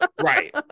right